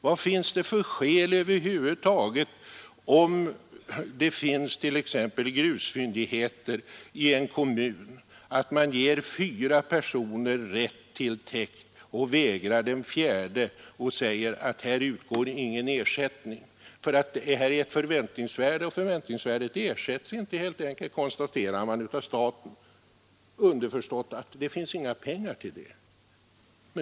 Vad har man för skäl, om det finns grusfyndigheter i en kommun och man ger fyra personer rätt till täkt men vägrar den femte med orden: ”Här utgår ingen ersättning, för det rör sig om förväntningsvärden, och sådana ersätts helt enkelt inte av staten”? Underförstått: Det finns inga pengar till det.